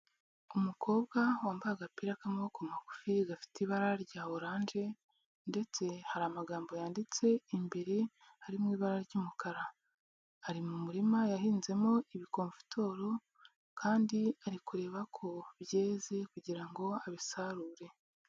Umukobwa wambaye agapira k'amaboko magufi gafite ibara rya oranje, ndetse hari amagambo yanditse imbere ari mu ibara ry'umukara. Ari mu murima yahinzemo ibikomfitoro, kandi ari kureba ko byeze kugira ngo abisarure.